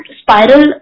spiral